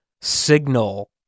signal